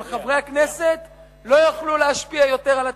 אבל חברי הכנסת לא יוכלו להשפיע יותר על התקציב,